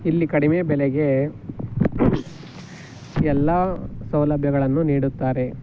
ಇಲ್ಲಿ ಕಡಿಮೆ ಬೆಲೆಗೆ ಎಲ್ಲ ಸೌಲಭ್ಯಗಳನ್ನು ನೀಡುತ್ತಾರೆ